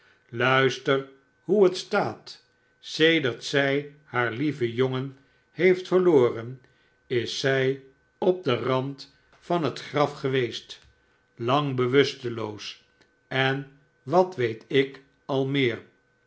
luister hoe het staat sedert zij haar lieven jongen heeft verloren is zij op den rand van het graf geweest lang bewusteloos en wat weet ik al meer